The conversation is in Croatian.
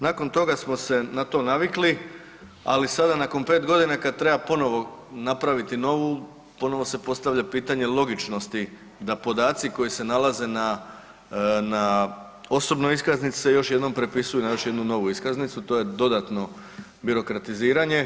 Nakon toga smo se na to navikli, ali sada nakon 5.g. kad treba ponovo napraviti novu ponovno se postavlja pitanje logičnosti da podaci koji se nalaze na, na osobnoj iskaznici se još jednom prepisuju na još jednu novu iskaznicu, to je dodatno birokratiziranje.